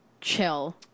chill